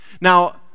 Now